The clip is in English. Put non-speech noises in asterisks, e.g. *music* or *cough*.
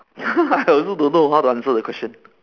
*laughs* I also don't know how to answer the question